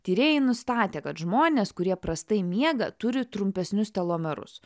tyrėjai nustatė kad žmonės kurie prastai miega turi trumpesnius telomerus